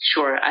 Sure